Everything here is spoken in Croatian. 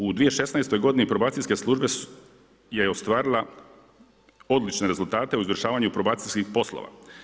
U 2016. godini probacijske služba je ostvarila odlične rezultate u izvršavanju probacijskih poslova.